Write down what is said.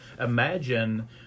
imagine